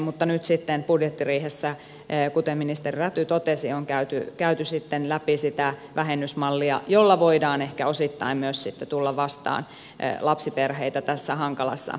mutta nyt sitten budjettiriihessä kuten ministeri räty totesi on käyty läpi sitä vähennysmallia jolla voidaan ehkä osittain myös sitten tulla vastaan lapsiperheitä tässä hankalassa tilanteessa